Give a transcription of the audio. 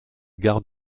gare